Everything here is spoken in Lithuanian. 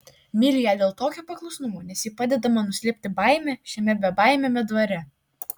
myliu ją dėl tokio paklusnumo nes ji padeda man nuslėpti baimę šiame bebaimiame dvare